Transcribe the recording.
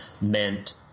meant